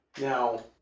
Now